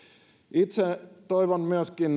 itse toivon myöskin